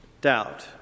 doubt